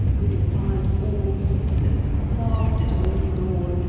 who defied all systems, laughed at all laws,